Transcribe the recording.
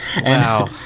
Wow